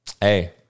Hey